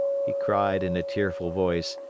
he cried in a tearful voice.